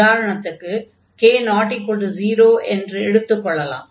உதாரணத்திற்கு k≠0 என்று எடுத்துக் கொள்ளலாம்